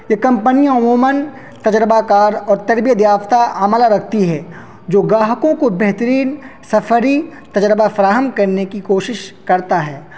یہ کمپنی عموماً تجربہ کار اور تربیت یافتہ عملہ رکھتی ہے جو گاہکوں کو بہترین سفری تجربہ فراہم کرنے کی کوشش کرتا ہے